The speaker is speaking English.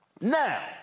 Now